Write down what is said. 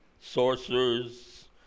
sorcerers